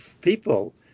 people